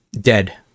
dead